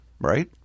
Right